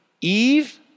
Eve